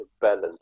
balance